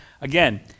Again